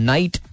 Night